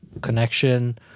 connection